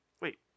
Wait